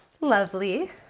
lovely